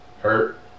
Hurt